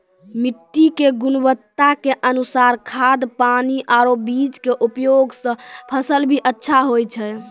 मिट्टी के गुणवत्ता के अनुसार खाद, पानी आरो बीज के उपयोग सॅ फसल भी अच्छा होय छै